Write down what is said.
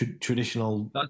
traditional